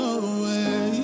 away